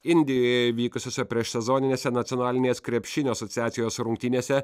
indijoje vykusiose prieš sezoninėse nacionalinės krepšinio asociacijos rungtynėse